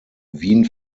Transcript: wien